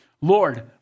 Lord